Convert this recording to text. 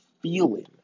feeling